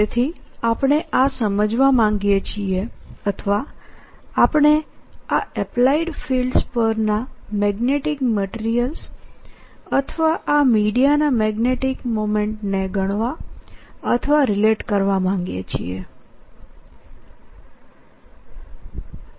તેથીઆપણે આ સમજવા માંગીએ છીએ અથવા આપણે આ એપ્લાઇડ ફીલ્ડ્સ પરના મેગ્નેટીક મટીરીયલ્સ અથવા આ મીડિયાના મેગ્નેટીક મોમેન્ટને ગણવા અથવા રીલેટ કરવા માગીએ છીએ